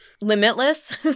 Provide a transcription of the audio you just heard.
Limitless